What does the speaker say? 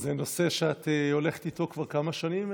זה נושא שאת הולכת איתו כבר כמה שנים,